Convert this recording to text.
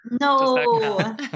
No